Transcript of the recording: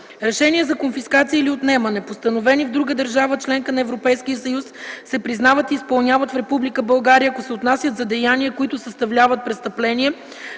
Решения за конфискация или отнемане, постановени в друга държава – членка на Европейския съюз, се признават и изпълняват в Република България, ако се отнасят за деяния, които съставляват престъпления,